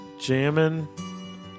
jamming